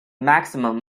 maximum